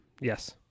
Yes